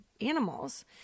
animals